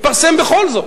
מתפרסם בכל זאת.